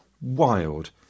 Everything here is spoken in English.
wild